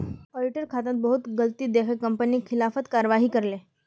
auditor खातात बहुत गलती दखे कंपनी खिलाफत कारवाही करले